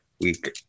week